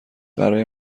برای